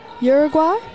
Uruguay